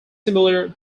similar